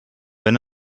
wenn